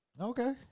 Okay